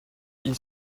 ils